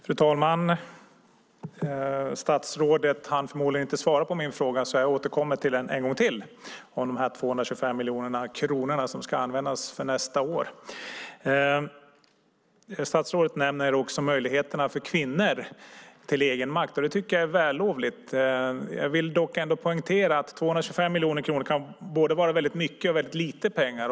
Fru talman! Statsrådet hann förmodligen inte svara på min fråga, så jag återkommer en gång till de 225 miljoner kronor som ska användas för nästa år. Statsrådet nämner också möjligheterna för kvinnor till egenmakt. Det tycker jag är vällovligt. Jag vill ändock poängtera att 225 miljoner kan vara både väldigt mycket och väldigt lite pengar.